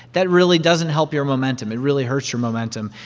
that really doesn't help your momentum. it really hurts your momentum.